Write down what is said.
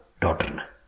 daughter